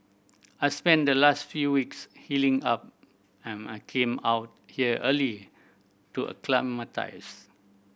I spent the last few weeks healing up and I came out here early to acclimatise